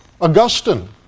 Augustine